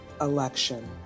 election